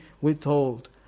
withhold